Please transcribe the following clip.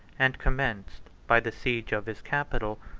and commenced, by the siege of his capital,